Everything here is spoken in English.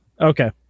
Okay